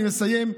אני מסיים.